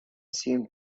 seemed